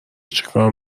چیکار